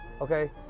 Okay